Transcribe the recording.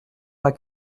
pas